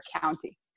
county